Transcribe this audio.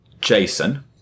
Jason